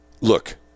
look